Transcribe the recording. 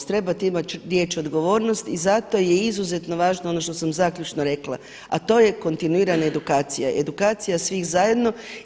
Trebate imati riječ odgovornost i zato je izuzetno važno ono što sam zaključno rekla, a to je kontinuirana edukacija, edukacija svih zajedno.